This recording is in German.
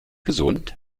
gesund